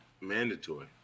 mandatory